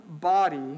body